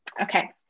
okay